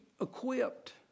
equipped